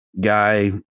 guy